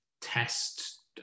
test